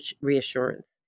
reassurance